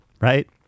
right